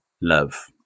love